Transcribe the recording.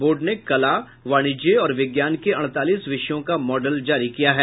board ने कला वाणिज्य और विज्ञान के अड़तालीस विषयों का मॉडल जारी किया है